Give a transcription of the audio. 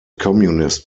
communist